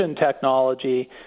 technology